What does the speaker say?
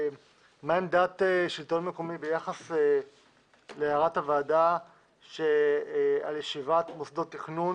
מה עמדת השלטון המקומי ביחס להערת הוועדה שעל ישיבת מוסדות התכנון